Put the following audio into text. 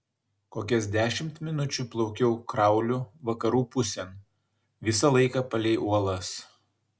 kokias dešimt minučių plaukiau krauliu vakarų pusėn visą laiką palei uolas